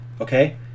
Okay